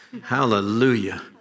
Hallelujah